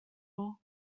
all